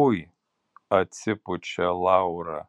ui atsipučia laura